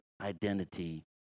identity